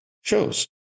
shows